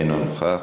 אינו נוכח.